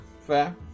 Fair